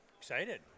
Excited